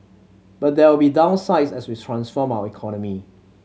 but there will be downsides as we transform our economy